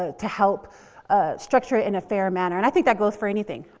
ah to help structure in a fair manner. and i think that goes for anything.